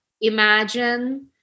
imagine